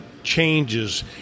Changes